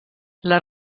les